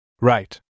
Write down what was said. Right